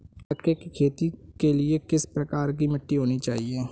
मक्के की खेती के लिए किस प्रकार की मिट्टी होनी चाहिए?